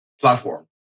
platform